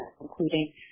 including